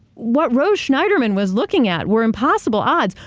what rose schneiderman was looking at were impossible odds,